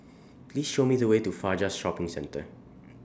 Please Show Me The Way to Fajar Shopping Centre